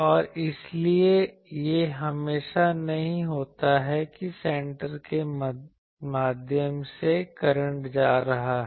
और इसलिए यह हमेशा नहीं होता है कि सेंटर के माध्यम से करंट जा रहा है